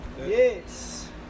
Yes